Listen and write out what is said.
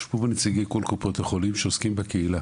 יושבים פה כל נציגי קופות החולים שעוסקים בקהילה